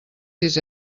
sis